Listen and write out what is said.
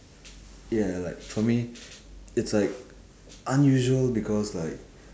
ya like for me it's like unusual because like